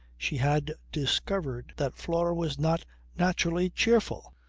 she had discovered that flora was not naturally cheerful.